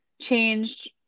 changed